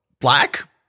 Black